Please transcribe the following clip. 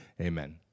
Amen